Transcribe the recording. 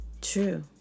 True